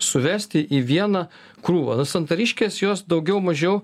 suvesti į vieną krūvą santariškės jos daugiau mažiau